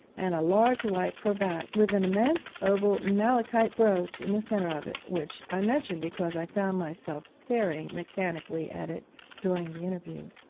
and a large white cravat with an immense oval malachite brooch in the centre of it, which i mention because i found myself staring mechanically at it during the interview.